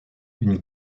une